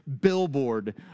billboard